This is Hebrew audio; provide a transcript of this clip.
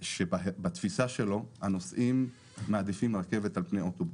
שבו הנוסעים מעדיפים רכבת על פני אוטובוס.